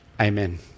Amen